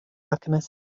alchemist